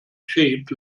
shaped